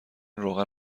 روغن